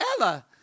Ella